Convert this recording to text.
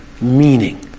meaning